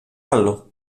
άλλο